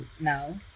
now